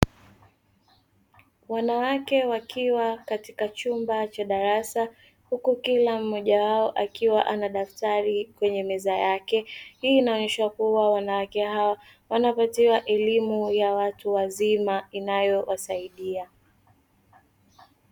Wanawake wakiwa katika chumba cha darasa huku kila mmoja wao akiwa na daftari kwenye meza yake, hii inaonyesha kuwa wanawake hawa wanapatiwa elimu ya watu wazima inayowasaidia.